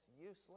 useless